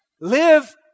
Live